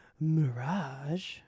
Mirage